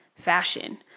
fashion